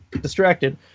distracted